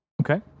Okay